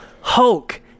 Hulk